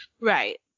Right